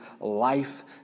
life